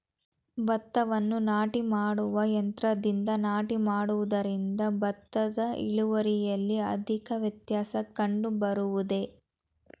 ಭತ್ತವನ್ನು ನಾಟಿ ಮಾಡುವ ಯಂತ್ರದಿಂದ ನಾಟಿ ಮಾಡುವುದರಿಂದ ಭತ್ತದ ಇಳುವರಿಯಲ್ಲಿ ಅಧಿಕ ವ್ಯತ್ಯಾಸ ಕಂಡುಬರುವುದೇ?